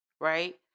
right